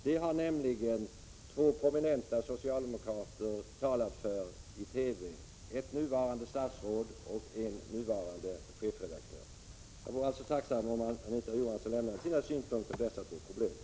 Det har nämligen två prominenta socialdemokrater talat för i TV, ett nuvarande statsråd och en nuvarande chefredaktör. Jag vore alltså tacksam om Anita Johansson lämnade sina synpunkter på dessa två problem.